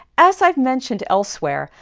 as i've mentioned elsewhere,